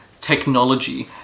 technology